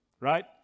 Right